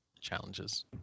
challenges